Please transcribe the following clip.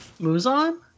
Muzan